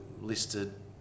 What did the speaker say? listed